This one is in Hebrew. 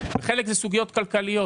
וחלק זה סוגיות כלכליות.